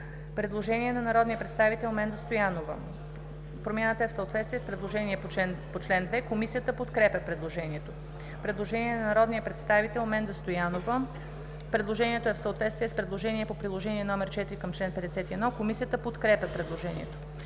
Предложение на народния представител Менда Стоянова. Промяната е в съответствие с предложение по чл. 2. Комисията подкрепя предложението. Предложение на народния представител Менда Стоянова. Предложението е в съответствие с предложение по Приложение № 4 към чл. 51. Комисията подкрепя предложението.